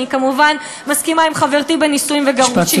אני כמובן מסכימה עם חברתי בנישואים וגירושים.